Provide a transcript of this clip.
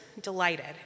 delighted